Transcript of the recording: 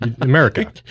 America